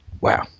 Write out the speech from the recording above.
Wow